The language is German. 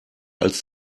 als